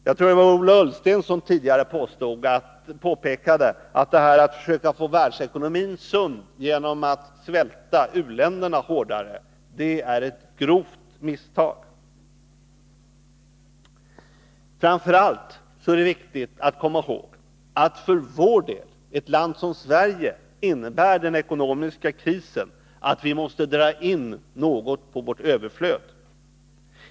Jag tror att det var Ola Ullsten som tidigare påpekade att försöket att få världsekonomin sund genom att svälta u-länderna är ett grovt misstag. Det är framför allt viktigt att man kommer ihåg att den ekonomiska krisen för ett land som Sverige innebär att vi måste dra in något på vårt överflöd.